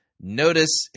notice